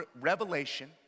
revelation